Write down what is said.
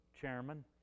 chairman